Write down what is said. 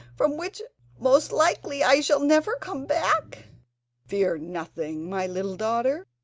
from which most likely i shall never come back fear nothing, my little daughter,